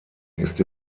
ist